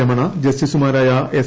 രമണ ജസ്റ്റിസുമാരായ എസ്